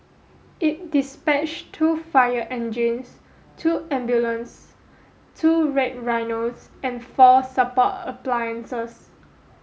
it dispatched two fire engines two ambulance two Red Rhinos and four support appliances